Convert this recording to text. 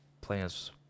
plans